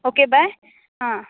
okay bye आं